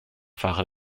fahrer